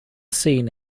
seen